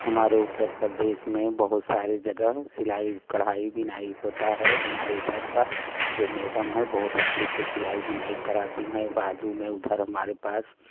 हमारे उत्तर प्रदेश में बहुत सारे जगह सिलाई कढ़ाई बिनाई होता है हमारे इधर का जो मैडम है बहुत अच्छे से सिलाई बिनाई कराती है बाजू में उधर हमारे पास